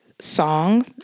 song